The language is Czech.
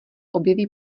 objeví